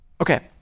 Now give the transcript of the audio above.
Okay